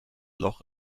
loch